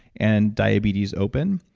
and diabetes open,